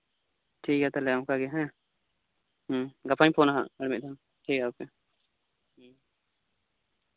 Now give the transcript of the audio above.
ᱴᱷᱤᱠᱜᱮᱭᱟ ᱛᱟᱞᱦᱮ ᱚᱱᱠᱟᱜᱮ ᱦᱮᱸ ᱜᱟᱯᱟᱧ ᱯᱷᱳᱱᱟ ᱦᱟᱸᱜ ᱟᱨ ᱢᱤᱫ ᱫᱷᱟᱣ ᱴᱷᱤᱠᱜᱮᱭᱟ ᱳᱠᱮ